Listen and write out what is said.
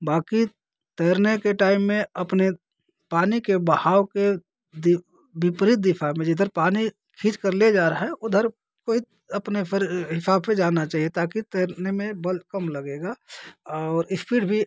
बाकी तैरने के टाइम में अपने पानी के बहाव के विपरीत दिशा में जिधर पानी खींच कर ले जा रहा है उधर को ही अपने हिसाब से जाना चाहिए ताकि तैरने में बल कम लगेगा और इस्पीड भी